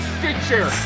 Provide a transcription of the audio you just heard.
Stitcher